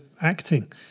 acting